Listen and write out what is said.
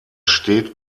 steht